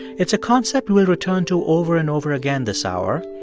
it's a concept we'll return to over and over again this hour.